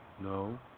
No